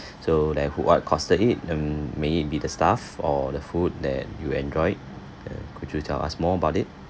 so there who what caused it mm may it be the staff or the food that you enjoyed could you tell us more about it